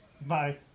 Bye